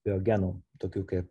jo genų tokių kaip